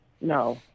No